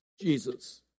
Jesus